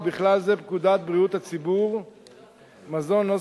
ובכלל זה פקודת בריאות הציבור (מזון) ;